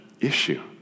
issue